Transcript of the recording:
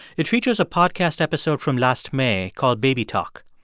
it features a podcast episode from last may called baby talk.